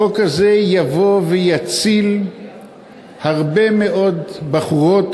החוק הזה יבוא ויציל הרבה מאוד בחורות